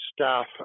staff